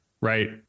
right